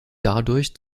dadurch